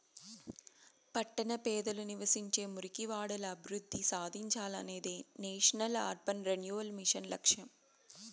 పట్టణ పేదలు నివసించే మురికివాడలు అభివృద్ధి సాధించాలనేదే నేషనల్ అర్బన్ రెన్యువల్ మిషన్ లక్ష్యం